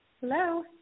hello